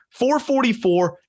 444